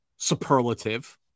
Superlative